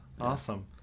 awesome